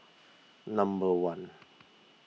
number one